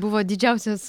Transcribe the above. buvo didžiausias